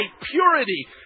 purity